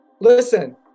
listen